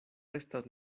estas